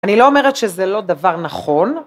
אני לא אומרת שזה לא דבר נכון